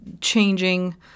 changing